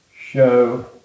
show